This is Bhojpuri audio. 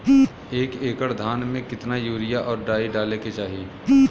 एक एकड़ धान में कितना यूरिया और डाई डाले के चाही?